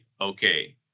okay